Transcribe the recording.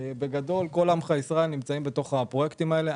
כל עמך ישראל נמצאים בתוך הפרויקטים האלה.